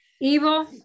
evil